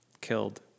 killed